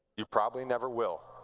you probably never will.